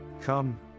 Come